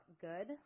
good